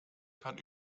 kann